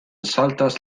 saltas